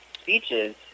speeches